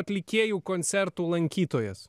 atlikėjų koncertų lankytojas